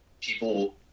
people